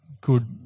good